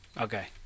Okay